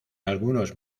algunos